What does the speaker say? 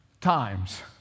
times